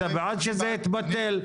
אתה בעד שזה יתבטל?